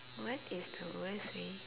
what is the worst way